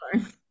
Sorry